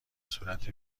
صورت